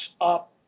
up